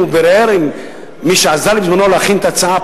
והוא בירר עם מי שעזר בזמנו להכין את ההצעה,